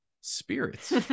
spirits